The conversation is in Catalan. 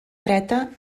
dreta